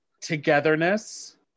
togetherness